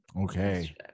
Okay